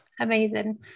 Amazing